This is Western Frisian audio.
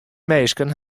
minsken